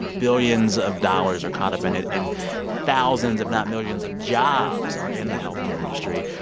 billions of dollars are caught up in it. and thousands, if not millions, of jobs are in the health care industry.